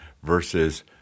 Versus